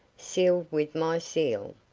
sealed with my seal.